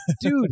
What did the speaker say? Dude